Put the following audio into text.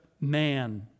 man